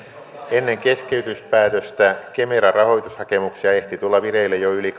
ennen keskeytyspäätöstä kemera rahoitushakemuksia ehti tulla vireille jo yli